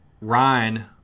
ryan